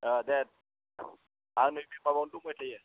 दे आं नैबे माबायावनो दंबाय थायो